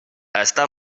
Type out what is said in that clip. està